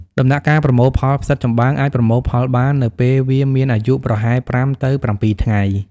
ដំណាក់កាលប្រមូលផលផ្សិតចំបើងអាចប្រមូលផលបាននៅពេលវាមានអាយុប្រហែល ៥ ទៅ ៧ ថ្ងៃ។